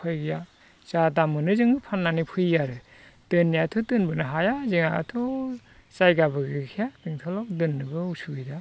उफाय गैया जा दाम मोनो जों फाननानै फैयो आरो दोननायाथ' दोनबोनो हाया जोंहाथ' जायगाबो गैखाया बेंथलाव दोननोबो उसुबिदा